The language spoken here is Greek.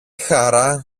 χαρά